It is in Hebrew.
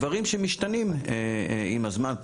דברים שמשתנים עם הזמן,